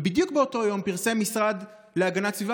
ובדיוק באותו יום פרסם המשרד להגנת הסביבה